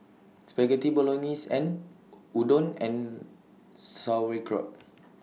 Spaghetti Bolognese and Udon and Sauerkraut